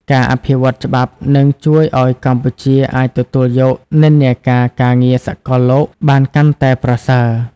ការអភិវឌ្ឍច្បាប់នឹងជួយឱ្យកម្ពុជាអាចទទួលយកនិន្នាការការងារសកលលោកបានកាន់តែប្រសើរ។